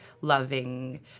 loving